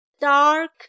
dark